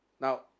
Now